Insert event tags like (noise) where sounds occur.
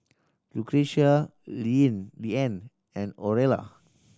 Lucretia (unintelligible) Leeann and Orilla